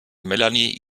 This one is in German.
melanie